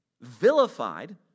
vilified